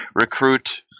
recruit